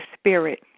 spirit